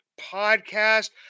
podcast